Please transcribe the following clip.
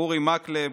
אורי מקלב,